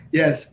yes